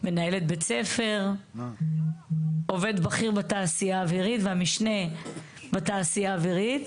מנהלת בית ספר, עובד בכיר בתעשייה האווירית